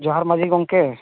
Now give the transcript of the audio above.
ᱡᱚᱦᱟᱨ ᱢᱟᱹᱡᱷᱤ ᱜᱚᱢᱠᱮ